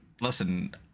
listen